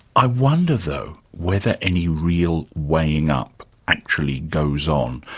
i wonder, though, whether any real weighing up actually goes on.